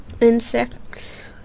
insects